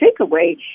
takeaway